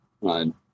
right